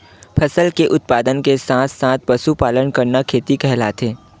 फसल के उत्पादन के साथ साथ पशुपालन करना का खेती कहलाथे?